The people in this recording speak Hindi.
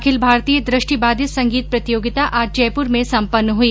अखिल भारतीय दृष्टिबाधित संगीत प्रतियोगिता आज जयपुर में संपन्न हुई